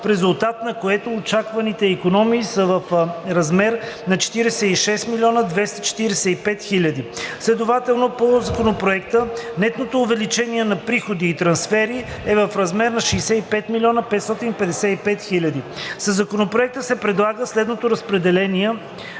в резултат на което очакваните икономии са в размер на 46 245,0 хил. лв. Следователно по Законопроекта нетното увеличение на приходи и трансфери е в размер на 65 555,0 хил. лв. Със Законопроекта се предлага следното преразпределение